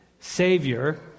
Savior